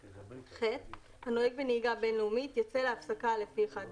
(ח) הנוהג בנהיגה בין-לאומית ייצא להפסקה לפי אחד מאלה: